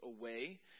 away